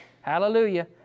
Hallelujah